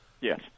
yes